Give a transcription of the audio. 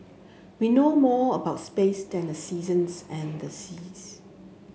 we know more about space than the seasons and the seas